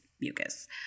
mucus